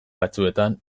batzuetan